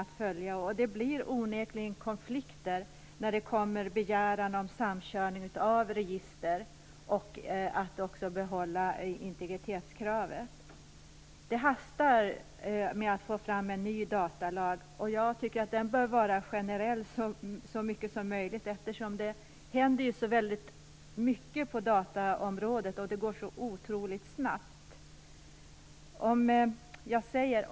Det uppstår onekligen konflikter mellan begäran om samkörning av register och kravet på bibehållen integritet. Det hastar med att få fram en ny datalag. Den bör vara så generell som möjligt, eftersom det händer så mycket på dataområdet och det går så otroligt snabbt.